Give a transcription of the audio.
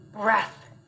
breath